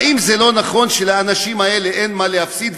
האם זה לא נכון שלאנשים האלה אין מה להפסיד,